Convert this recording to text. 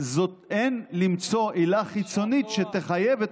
אין למצוא עילה חיצונית שתחייב את